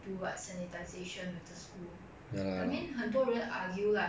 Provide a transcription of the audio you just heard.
how much of our school fees goes to the professor and how much goes to